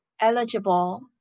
eligible